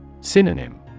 Synonym